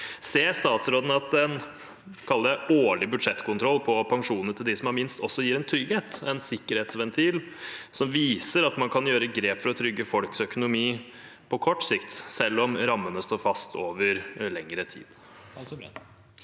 Ser statsråden at en årlig budsjettkontroll på pensjonene til dem som har minst, også gir en trygghet, en sikkerhetsventil, som viser at man kan ta grep for å trygge folks økonomi på kort sikt, selv om rammene står fast over lengre tid?